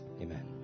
Amen